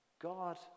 God